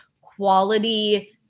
quality